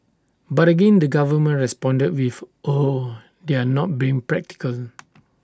but again the government responded with oh they're not being practical